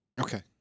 Okay